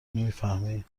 میفهمی